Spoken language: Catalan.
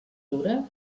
dura